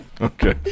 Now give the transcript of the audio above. Okay